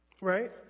right